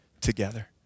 together